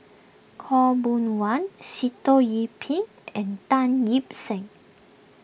Khaw Boon Wan Sitoh Yih Pin and Tan Ip Seng